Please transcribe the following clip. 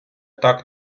так